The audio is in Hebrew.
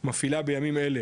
מפעילה בימים אלה,